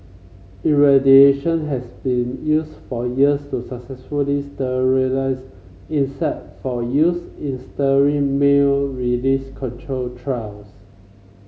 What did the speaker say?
irradiation has been used for years to successfully sterilise insect for use in sterile male release control trials